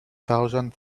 thousand